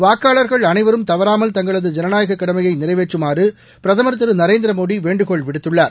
வாக்காளா்கள் அனைவரும் தவறாமல் தங்களது தேனநாயக கடமையை நிறைவேற்றமாறு பிரதம் திரு நரேந்திரமோடி வேண்டுகோள் விடுத்துள்ளார்